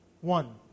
One